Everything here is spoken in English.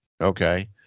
Okay